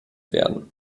werden